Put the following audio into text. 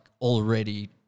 already